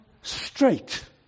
straight